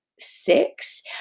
six